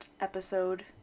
episode